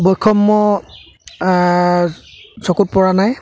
বৈষম্য চকুত পৰা নাই